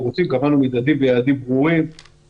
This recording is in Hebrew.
הרי קבענו את זה במפורש עד שבעה ימים